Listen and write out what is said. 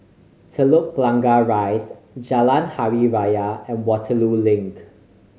Telok Blangah Rise Jalan Hari Raya and Waterloo Link